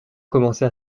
commençait